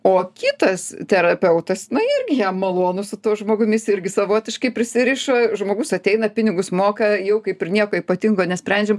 o kitas terapeutas na irgi jam malonu su tuo žmogum jis irgi savotiškai prisirišo žmogus ateina pinigus moka jau kaip ir nieko ypatingo nesprendžiam